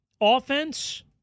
offense